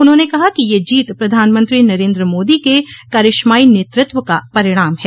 उन्होंने कहा कि यह जीत प्रधानमंत्री नरेन्द्र मोदी के करिश्माई नेतृत्व का परिणाम है